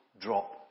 drop